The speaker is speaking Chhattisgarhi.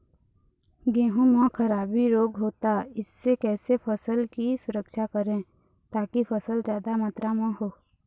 गेहूं म खराबी रोग होता इससे कैसे फसल की सुरक्षा करें ताकि फसल जादा मात्रा म हो?